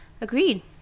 Agreed